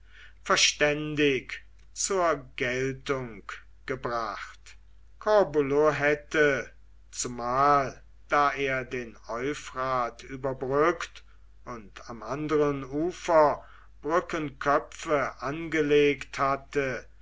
verständig zur geltung gebracht corbulo hätte zumal da er den euphrat überbrückt und am anderen ufer brückenköpfe angelegt hatte